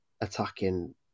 attacking